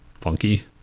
Funky